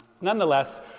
Nonetheless